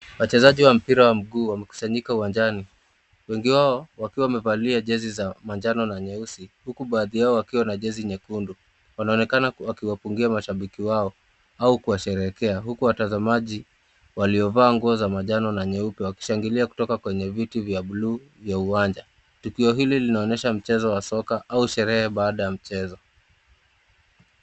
Wachezaji wa mpira wa mguu wamekusanyika uwanjani wengi wao wakiwa wamevalia jezi za majano na nyeusi huku baadhi yao wakiwa na jezi nyekundu wanaonekana wakiwapungia mashabiki wao au kuwasherehekea huku watazamaji waliovaa nguo za majano na nyeupe wakishangilia kutoka kwenye viti vya bluu vya uwanja. Tukio hili linaonyesha mchezo wa soka au sherehe baada ya mchezo.